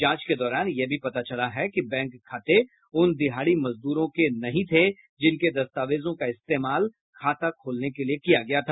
जांच के दौरान यह भी पता चला कि बैंक खाते उन दिहाड़ी मजदूरों के नहीं थे जिनके दस्तावेजों का इस्तेमाल खाते खोलने के लिए किया गया था